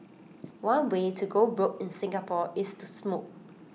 one way to go broke in Singapore is to smoke